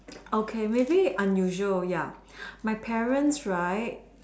okay maybe unusual ya my parents right